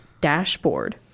dashboard